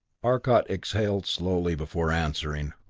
arcot exhaled slowly before answering,